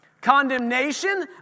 Condemnation